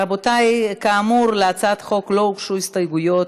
רבותי, כאמור, להצעת החוק לא הוגשו הסתייגויות